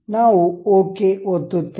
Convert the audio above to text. ನಾವು ಓಕೆ ಒತ್ತುತ್ತೇವೆ